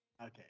Okay